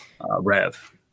rev